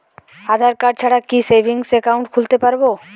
আধারকার্ড ছাড়া কি savings account খুলতে পারব?